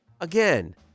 again